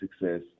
success